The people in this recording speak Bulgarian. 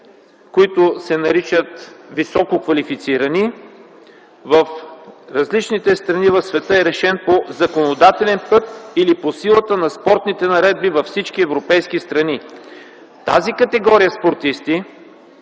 въпросът за тези висококвалифицирани спортисти в различните страни е решен по законодателен път или по силата на спортните наредби във всички европейски страни. Тази категория спортисти